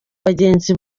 bagenzi